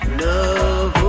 love